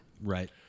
right